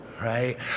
right